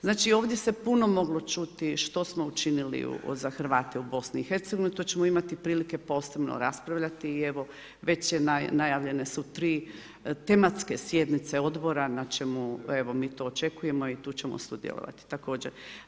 Znači, ovdje se puno moglo čuti što smo učinili za Hrvate u BIH, to ćemo imati prilike posebno raspravljati i evo, već su najavljene tri tematske sjednice Odbora na čemu evo, mi to očekujemo i tu ćemo sudjelovati također.